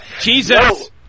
Jesus